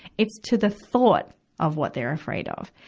it's to the thought of what they're afraid of.